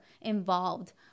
involved